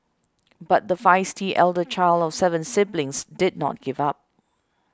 but the feisty elder child of seven siblings did not give up